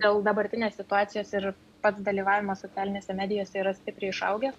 dėl dabartinės situacijos ir pats dalyvavimas socialinėse medijose yra stipriai išaugęs